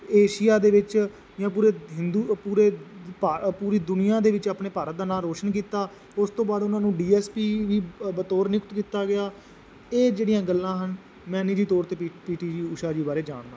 Asia ਦੇ ਵਿੱਚ ਜਾਂ ਪੂਰੇ ਹਿੰਦੂ ਪੂਰੇ ਭਾ ਪੂਰੀ ਦੁਨੀਆਂ ਦੇ ਵਿੱਚ ਆਪਣੇ ਭਾਰਤ ਦਾ ਨਾਂ ਰੋਸ਼ਨ ਕੀਤਾ ਉਸ ਤੋਂ ਬਾਅਦ ਉਹਨਾਂ ਨੂੰ ਡੀ ਐਸ ਪੀ ਵੀ ਬਤੋਰ ਨਿਯੁਕਤ ਕੀਤਾ ਗਿਆ ਇਹ ਜਿਹੜੀਆਂ ਗੱਲਾਂ ਹਨ ਮੈਂ ਨਿੱਜੀ ਤੌਰ 'ਤੇ P P T ji Usha ji ਬਾਰੇ ਜਾਣਦਾ ਹਾਂ